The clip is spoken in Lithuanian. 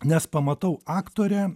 nes pamatau aktorę